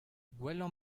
gwellañ